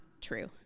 true